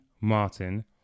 Martin